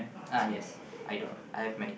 ah yes I do I have many